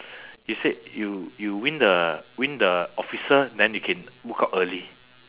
he said you you win the win the officer then you can book out early